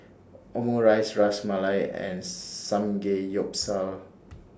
Omurice Ras Malai and Samgeyopsal